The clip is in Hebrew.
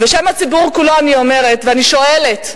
בשם הציבור כולו אני אומרת ושואלת: